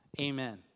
amen